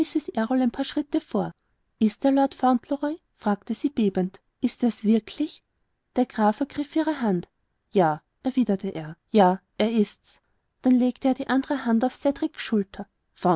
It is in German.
ein paar schritte vor ist er lord fauntleroy fragte sie bebend ist er's wirklich der graf ergriff ihre hand ja erwiderte er ja er ist's dann legte er die andre hand auf cedriks schulter